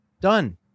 Done